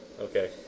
Okay